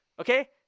Okay